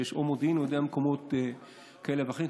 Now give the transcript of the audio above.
כשיש מודיעין ממקומות כאלה ואחרים,